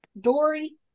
Dory